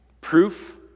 Proof